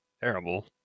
terrible